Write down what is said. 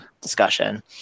discussion